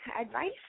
advice